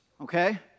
okay